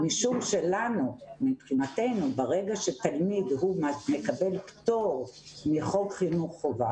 משום שמבחינתנו ברגע שתלמיד מקבל פטור מחוק חינוך חובה